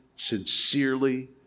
Sincerely